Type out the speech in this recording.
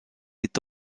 est